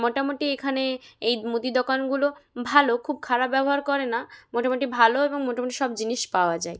মোটামুটি এখানে এই মুদি দোকানগুলো ভালো খুব খারাপ ব্যবহার করে না মোটামুটি ভালো এবং মোটামুটি সব জিনিস পাওয়া যায়